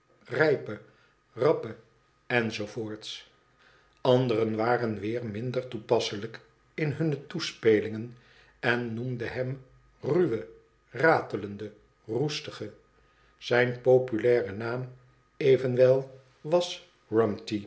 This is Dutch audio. rijpe rappe enz anderen waren weer minder toepasselijk m hunne toespelingen en noemden hem ruwe ratelende roestige zijn populaire naam evenwel was rumty